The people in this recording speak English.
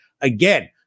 Again